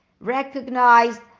recognized